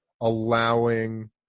allowing